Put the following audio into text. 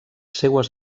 seues